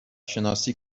شناسی